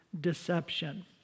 deception